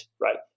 right